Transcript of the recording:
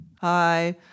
Hi